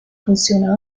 funziona